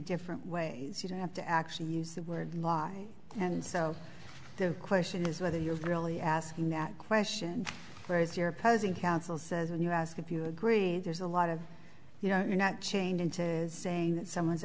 different ways you don't have to actually use the word lie and so the question is whether you're really asking that question where is your opposing counsel says when you ask if you agree there's a lot of you know you're not changing to is saying that someone's